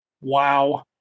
Wow